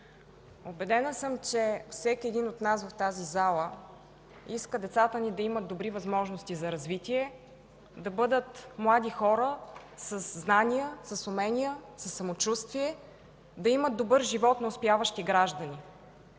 Убедена съм, че всеки един от нас в тази зала иска децата ни да имат добри възможности за развитие, да бъдат млади хора със знания, с умения, със самочувствие, да имат добър живот на успяващи граждани.